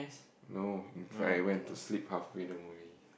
no in fact I went to sleep halfway the movie